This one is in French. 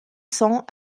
cents